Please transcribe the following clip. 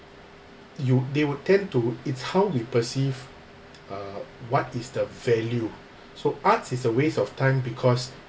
you they would tend to it's how we perceive uh what is the value so arts is a waste of time because